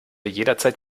jederzeit